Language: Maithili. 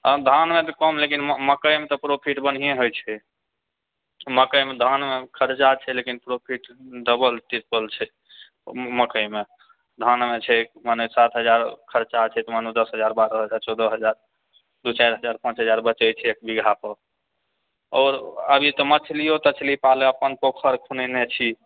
धानमे तऽ कम लेकिन मकैमे तऽ प्रॉफिट बढ़िए होइत छै मकैमे धानमे खर्चा छै लेकिन प्रॉफिट डबल ट्रिपल छै मकैमे धानमे छै मने सात हजार खर्चा छै तऽ मानु दश हजार बारह हजार चौदह हजार दू चारि हजार पाँच हजार बचैत छै एक बीघा पर आओर अभी तऽ मछलिओ तछली पालै अपन पोखर खुनैनय छी